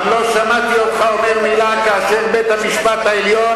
גם לא שמעתי אותך אומר מלה כאשר בית-המשפט העליון,